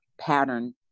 pattern